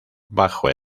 bajo